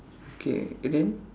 okay and then